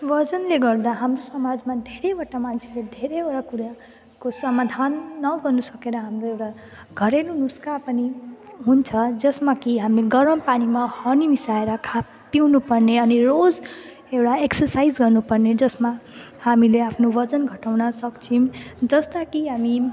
ओजनले गर्दा हाम्रो समाजमा धेरैवटा मान्छेको धेरैवटा कुरा को समाधान नगर्नु सकेर हाम्रो एउटा घरेलु नुस्खा पनि हुन्छ जसमा कि हामी गरम पानीमा हनी मिसाएर खा पिउनुपर्ने अनि रोज एउटा एक्सर्साइज गर्नुपर्ने जसमा हामीले आफ्नो ओजन घटाउन सक्छौँ जस्ता कि हामी